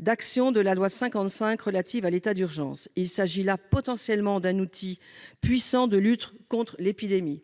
la loi de 1955 relative à l'état d'urgence. Il s'agit là, potentiellement, d'un outil puissant de lutte contre l'épidémie.